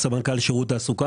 אני סמנכ"ל שירות תעסוקה.